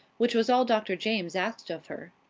which was all dr. james asked of her.